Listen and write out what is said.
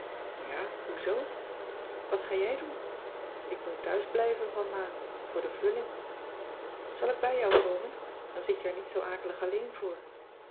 ja hoezoo wat ga jij doen ik moet thuisblijven van ma voor de vulling zal ik bij jou komen dan zit je er niet zoo akelig alleen voor